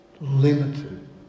limited